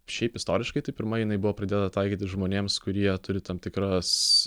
šiaip istoriškai tai pirma jinai buvo pradėta taikyti žmonėms kurie turi tam tikras